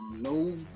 no